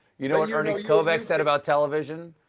you know what ernie covac said about television?